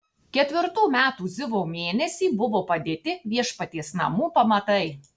ketvirtų metų zivo mėnesį buvo padėti viešpaties namų pamatai